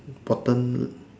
bottom